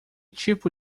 tipo